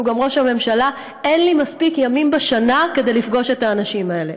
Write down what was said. שהוא גם ראש הממשלה: אין לי מספיק ימים בשנה לפגוש את האנשים האלה.